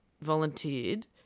volunteered